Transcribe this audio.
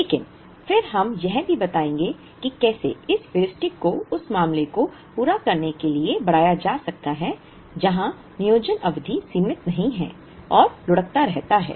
लेकिन फिर हम यह भी बताएंगे कि कैसे इस हेयुरिस्टिक को उस मामले को पूरा करने के लिए बढ़ाया जा सकता है जहां नियोजन अवधि सीमित नहीं है और लुढ़कता रहता है